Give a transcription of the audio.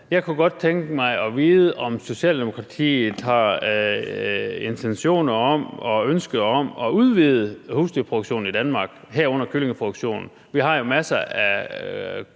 Jeg kunne godt tænke mig at vide, om Socialdemokratiet har intentioner om og ønske om at udvide husdyrproduktionen i Danmark, herunder kyllingeproduktionen. Vi har masser af